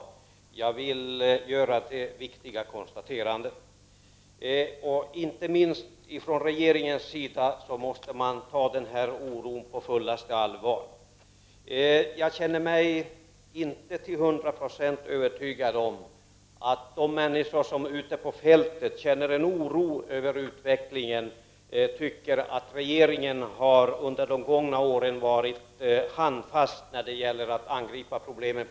Jag vill göra det viktiga konstate randet. Inte minst från regeringens sida måste man ta denna oro på fullaste allvar. Jag känner mig inte till hundra procent övertygad om att de människor ute på fältet som känner oro över utvecklingen tycker att regeringen under de gångna åren har varit handfast när det gäller att angripa problemet.